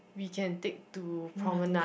we can take to Promenade